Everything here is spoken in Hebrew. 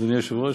אדוני היושב-ראש?